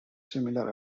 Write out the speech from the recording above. similar